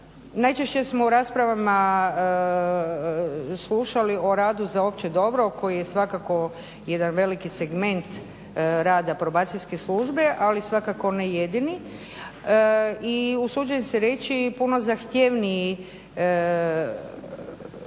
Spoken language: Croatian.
Najčešće smo u raspravama slušali o radu za opće dobro koji je svakako jedan veliki segment rada Probacijske službe ali svakako ne jedini. I usuđujem se reći i puno zahtjevniji izazov